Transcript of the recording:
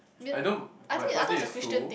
I know my first name is Su